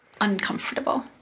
uncomfortable